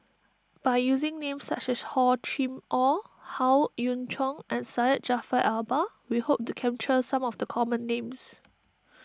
by using names such as Hor Chim or Howe Yoon Chong and Syed Jaafar Albar we hope to capture some of the common names